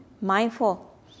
mindful